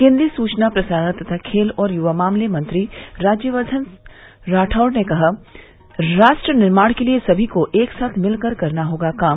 केन्द्रीय सूचना प्रसारण तथा खेल और युवा मामले मंत्री राज्यवर्द्दन राठौड़ ने कहा राष्ट्र निर्माण के लिए सभी को एक साथ मिलकर करना होगा काम